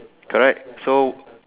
correct so